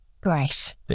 Great